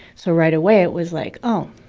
so right away, it was like, oh,